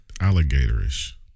alligator-ish